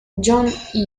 john